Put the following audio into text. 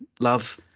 love